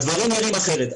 הדברים נראים אחרת.